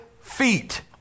feet